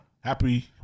Happy